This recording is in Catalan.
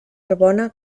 arbona